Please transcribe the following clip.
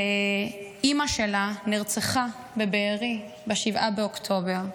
ואימא שלה נרצחה בבארי ב-7 באוקטובר.